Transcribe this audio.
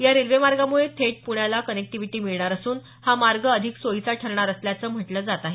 या रेल्वे मार्गामुळे थेट पुण्याला कनेक्टिव्हिटी मिळणार असून हा मार्ग अधिक सोयीचा ठरणार असल्याचं म्हटलं जात आहे